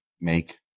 make